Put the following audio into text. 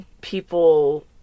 people